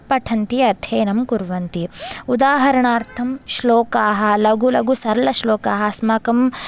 पठन्ति अध्ययनं कुर्वन्ति उदाहरणार्थं श्लोकाः लघु लघु सरलश्लोकाः अस्माकं